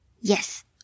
yes